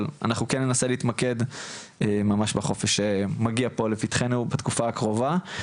אבל אנחנו כן ננסה להתמקד ממש בחופש המגיע פה לפתחנו בתקופה הקרובה.